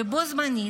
ובו-בזמן,